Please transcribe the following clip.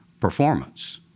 performance